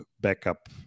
backup